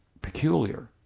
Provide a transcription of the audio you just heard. peculiar